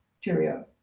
Cheerio